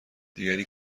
دیگری